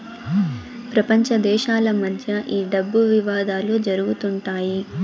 ప్రపంచ దేశాల మధ్య ఈ డబ్బు వివాదాలు జరుగుతుంటాయి